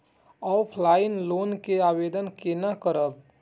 Offline loan के आवेदन केना करब?